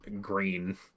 green